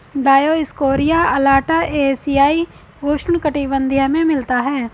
Dioscorea alata एशियाई उष्णकटिबंधीय में मिलता है